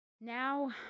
Now